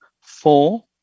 four